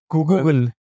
Google